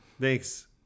Thanks